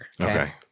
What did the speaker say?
Okay